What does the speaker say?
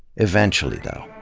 eventually, though,